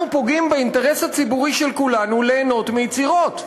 אנחנו פוגעים באינטרס הציבורי של כולנו ליהנות מיצירות,